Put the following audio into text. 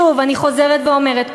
שוב אני חוזרת ואומרת,